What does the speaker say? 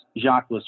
Jacques